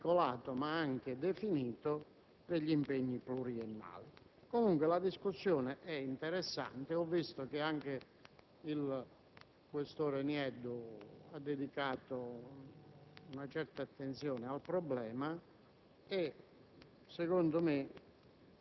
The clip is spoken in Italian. che consentono all'Assemblea di avere un quadro abbastanza articolato, ma anche definito, degli impegni pluriennali. Comunque, la discussione è interessante, ho visto che anche il senatore questore Nieddu ha dedicato